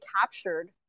captured